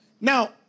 Now